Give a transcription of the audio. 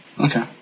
Okay